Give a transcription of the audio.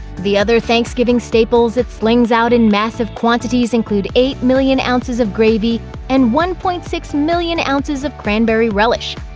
the other thanksgiving staples it slings out in massive quantities include eight million ounces of gravy gravy and one point six million ounces of cranberry relish.